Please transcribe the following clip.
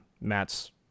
Matt's